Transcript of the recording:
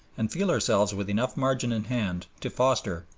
and feel ourselves with enough margin in hand to foster,